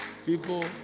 People